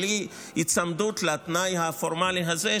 בלי היצמדות לתנאי הפורמלי הזה,